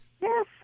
Yes